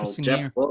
Jeff